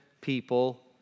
people